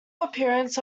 appearance